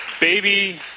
Baby